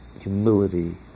humility